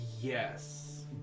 Yes